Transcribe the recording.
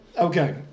okay